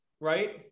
right